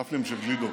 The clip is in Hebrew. ופלים של גלידות.